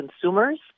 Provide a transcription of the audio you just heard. consumers